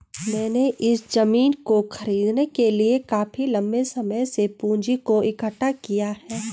मैंने इस जमीन को खरीदने के लिए काफी लंबे समय से पूंजी को इकठ्ठा किया है